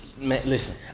Listen